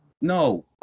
No